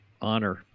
honor